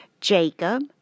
Jacob